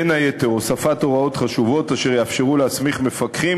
ובין היתר הוספת הוראות חשובות אשר יאפשרו להסמיך מפקחים